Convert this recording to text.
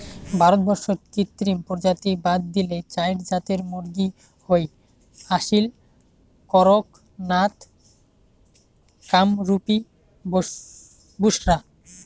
ভারতবর্ষত কৃত্রিম প্রজাতি বাদ দিলে চাইর জাতের মুরগী হই আসীল, কড়ক নাথ, কামরূপী, বুসরা